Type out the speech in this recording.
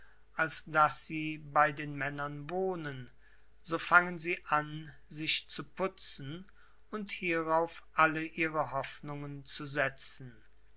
als daß sie bei den männern wohnen so fangen sie an sich zu putzen und hierauf alle ihre hoffnungen zu setzen